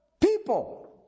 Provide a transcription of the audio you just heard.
people